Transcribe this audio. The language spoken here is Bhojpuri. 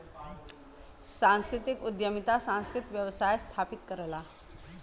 सांस्कृतिक उद्यमिता सांस्कृतिक व्यवसाय स्थापित करला